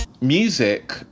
Music